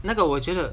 那个我觉得